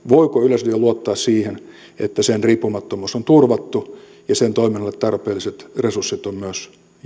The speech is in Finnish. yleisradio luottaa siihen että sen riippumattomuus on turvattu ja sen toiminnalle tarpeelliset resurssit on